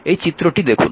এই চিত্রটি দেখুন